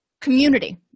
community